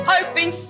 Hoping